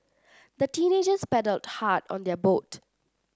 the teenagers paddled hard on their boat